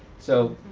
so